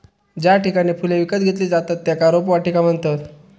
ज्या ठिकाणी फुले विकत घेतली जातत त्येका रोपवाटिका म्हणतत